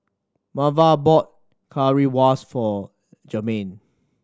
Marva bought Currywurst for Jermain